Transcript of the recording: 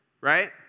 right